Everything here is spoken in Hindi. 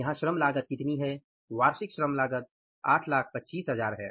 यहां श्रम लागत कितनी है वार्षिक श्रम लागत 825000 है